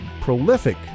prolific